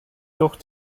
doch